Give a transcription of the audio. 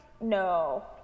No